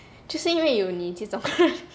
就是因为有你这种人